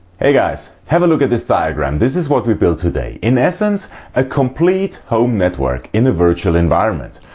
hey guys, have a look at this diagram this is what we build today. in essence a complete home network. in a virtual environment.